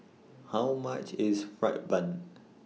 How much IS Fried Bun